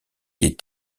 des